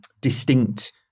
distinct